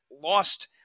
lost